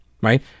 Right